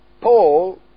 Paul